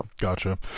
gotcha